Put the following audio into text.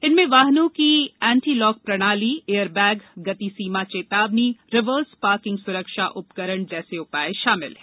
इनमें वाहनों की एंटी लॉक प्रणाली एयर बैग गति सीमा चेतावनी रिवर्स पार्किंग सुरक्षा उपकरण जैसे उपाय शामिल हैं